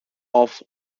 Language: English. off